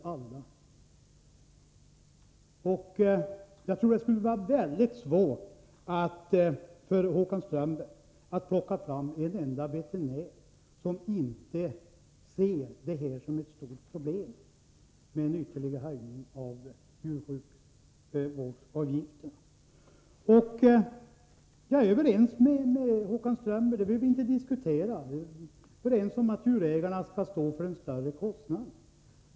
Jag tror att det skulle vara väldigt svårt för Håkan Strömberg att plocka fram en enda veterinär som inte ser en ytterligare höjning av djursjukvårdsavgiften som ett stort problem. Jag är överens med Håkan Strömberg om att djurägarna skall stå för en större kostnad — det behöver vi inte diskutera.